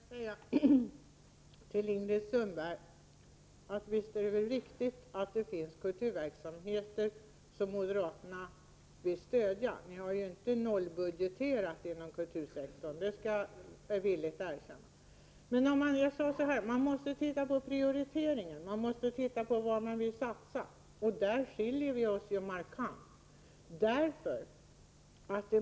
Herr talman! Till Ingrid Sundberg vill jag säga att det visst är riktigt att det finns kulturverksamheter som moderaterna vill stödja. Ni har ju inte nollbudgeterat inom kultursektorn, det skall jag villigt erkänna. Men jag - sade att man måste titta på prioriteringen, på var man vill satsa. Där skiljer vi oss markant.